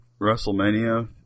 WrestleMania